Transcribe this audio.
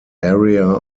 area